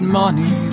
money